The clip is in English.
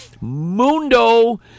mundo